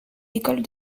écoles